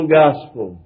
gospel